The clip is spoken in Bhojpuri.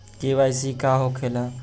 के.वाइ.सी का होखेला?